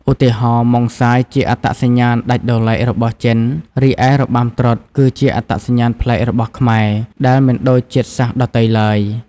ឧទាហរណ៍ ម៉ុងសាយជាអត្តសញ្ញាណដាច់ដោយឡែករបស់ចិន រីឯ របាំត្រុដិ គឺជាអត្តសញ្ញាណប្លែករបស់ខ្មែរ ដែលមិនដូចជាតិសាសន៍ដទៃឡើយ។